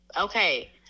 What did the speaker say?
Okay